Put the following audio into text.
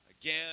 again